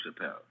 Chappelle